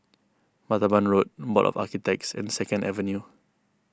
Martaban Road Board of Architects and Second Avenue